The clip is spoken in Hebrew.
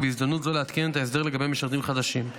ובהזדמנות זו לעדכן את ההסדר לגבי משרתים חדשים.